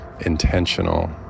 intentional